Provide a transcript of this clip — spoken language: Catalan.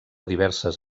diverses